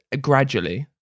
Gradually